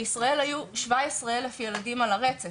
בישראל היו 15 אלף ילדים על הרצף.